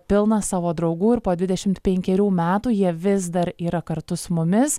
pilną savo draugų ir po dvidešimt penkerių metų jie vis dar yra kartu su mumis